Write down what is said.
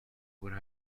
would